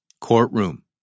courtroom